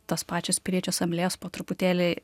tos pačios piliečių asamblėjos po truputėlį